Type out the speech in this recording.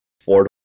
Ford